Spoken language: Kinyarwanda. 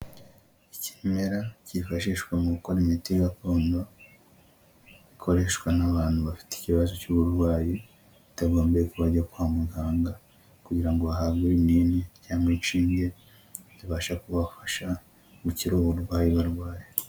Ikimera kifashishwa mu gukora imiti gakondo, ikoreshwa n'abantu bafite ikibazo cy'uburwayi, bitagombeye ko bajya kwa muganga kugira ngo bahabwe ibinini cyangwa inshinge, zibasha kubafasha gukira uburwayi barwaye.